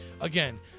Again